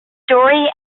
story